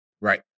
Right